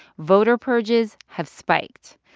voter purges have spiked.